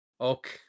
Okay